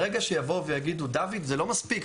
ברגע שיבואו ויגידו, דוד, זה לא מספיק.